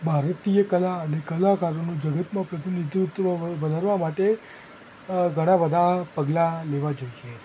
ભારતીય કલા અને કલાકારોનું જગતમાં પ્રતિનિધિત્ત્વ વધારવા માટે અ ઘણા બધા પગલાં લેવાં જોઈએ